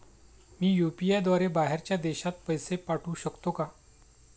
मी UPI द्वारे बाहेरच्या देशात पैसे पाठवू शकतो का?